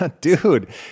dude